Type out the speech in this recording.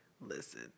Listen